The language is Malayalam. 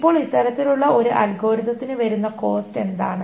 ഇപ്പോൾ ഇത്തരത്തിലുള്ള ഒരു അൽഗോരിതത്തിനു വരുന്ന കോസ്റ്റ് എന്താണ്